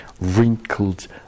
wrinkled